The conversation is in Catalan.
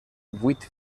vuit